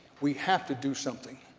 we have to do something.